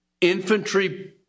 infantry